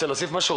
רוצה להוסיף משהו?